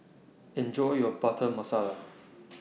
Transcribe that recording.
Enjoy your Butter Masala